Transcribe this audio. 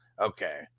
Okay